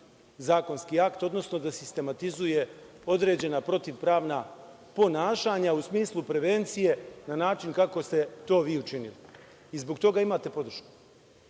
zakonski akt, odnosno da sistematizuje određena protivpravna ponašanja u smislu prevencije na način kako ste to vi učinili. Zbog toga imate podršku